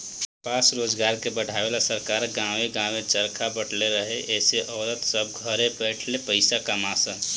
कपास रोजगार के बढ़ावे ला सरकार गांवे गांवे चरखा बटले रहे एसे औरत सभ घरे बैठले पईसा कमा सन